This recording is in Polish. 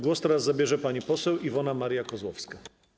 Głos teraz zabierze pani poseł Iwona Maria Kozłowska.